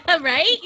Right